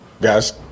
Guys